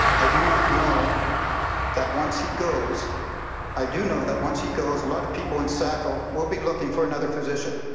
i do not know that once he goes i do know that once he goes a lot of people in sackville will be looking for another physician.